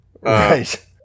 Right